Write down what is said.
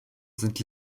sind